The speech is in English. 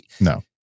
No